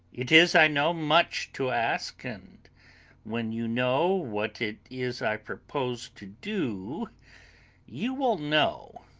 it is, i know, much to ask and when you know what it is i propose to do you will know,